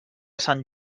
sant